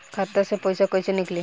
खाता से पैसा कैसे नीकली?